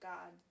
God